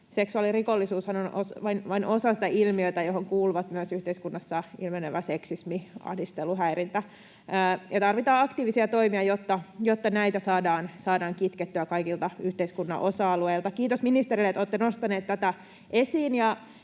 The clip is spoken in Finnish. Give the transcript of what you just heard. Seksuaalirikollisuushan on vain osa tätä ilmiötä, johon kuuluvat myös yhteiskunnassa ilmenevät seksismi, ahdistelu, häirintä. Tarvitaan aktiivisia toimia, jotta näitä saadaan kitkettyä kaikilta yhteiskunnan osa-alueilta. Kiitos ministereille, että olette nostaneet tätä esiin